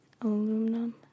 aluminum